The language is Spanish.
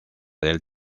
del